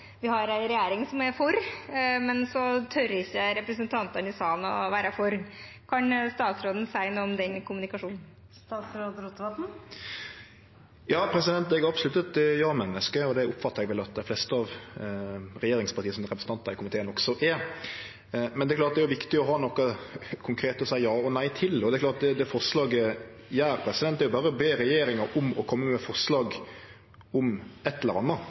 har en regjering som er for, men så tør ikke representantene i salen å være for. Kan statsråden si noe om den kommunikasjonen? Ja, eg er absolutt eit ja-menneske, og det oppfattar eg vel at dei fleste av regjeringspartia sine representantar i komiteen også er. Men det er klart at det er viktig å ha noko konkret å seie ja og nei til. Det forslaget gjer, er berre å be regjeringa om å kome med forslag om eitt eller anna,